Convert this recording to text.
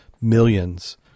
millions